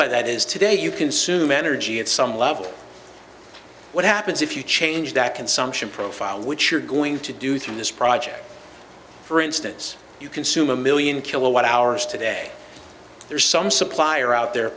by that is today you consume energy at some level what happens if you change that consumption profile which you're going to do through this project for instance you consume a million kilowatt hours today there's some supplier out the